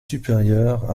supérieures